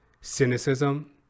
cynicism